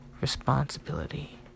Responsibility